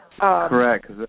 correct